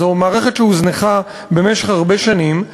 זו מערכת שהוזנחה במשך הרבה שנים.